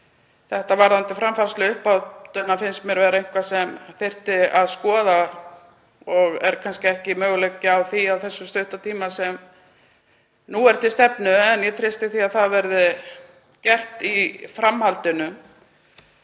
Þetta varðandi framfærsluuppbótina finnst mér vera eitthvað sem þyrfti að skoða og er kannski ekki möguleiki á því á þessum stutta tíma sem nú er til stefnu en ég treysti því að það verði gert í framhaldinu.